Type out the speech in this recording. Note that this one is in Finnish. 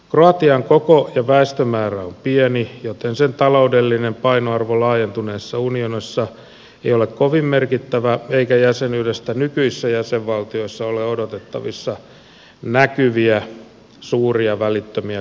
kroatian koko ja väestömäärä on pieni joten sen taloudellinen painoarvo laajentuneessa unionissa ei ole kovin merkittävä eikä jäsenyydestä nykyisissä jäsenvaltioissa ole odotettavissa näkyviä suuria välittömiä kansantaloudellisia vaikutuksia